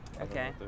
Okay